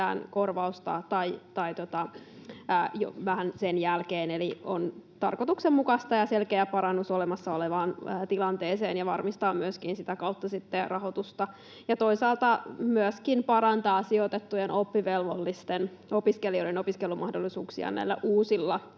korvausta, tai vähän sen jälkeen. Eli tämä on tarkoituksenmukaista ja selkeä parannus olemassa olevaan tilanteeseen ja varmistaa myöskin sitä kautta sitten rahoitusta ja toisaalta myöskin parantaa sijoitettujen oppivelvollisten opiskelijoiden opiskelumahdollisuuksia näillä uusilla